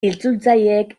itzultzaileek